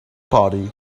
party